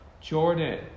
Jordan